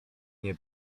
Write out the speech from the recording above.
nie